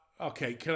Okay